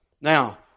Now